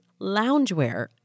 loungewear